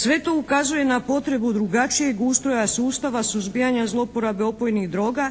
Sve to ukazuje na potrebu drugačijeg ustroja sustava suzbijanja zlouporabe opojnih droga